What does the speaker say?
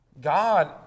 God